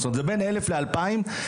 זאת אומרת זה בין אלף לאלפיים ש"ח